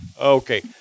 Okay